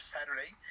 Saturday